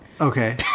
Okay